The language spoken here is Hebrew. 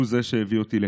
הוא זה שהביא אותי לכאן.